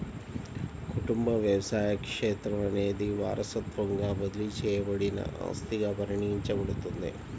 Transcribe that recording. కుటుంబ వ్యవసాయ క్షేత్రం అనేది వారసత్వంగా బదిలీ చేయబడిన ఆస్తిగా పరిగణించబడుతుంది